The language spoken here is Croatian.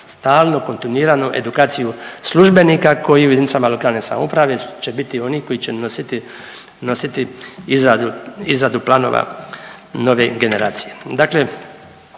stalnu kontinuiranu edukaciju službenika koji u jedinicama lokalne samouprave će biti oni koji će nositi izradu planova nove generacije.